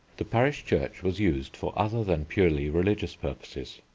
the parish church was used for other than purely religious purposes.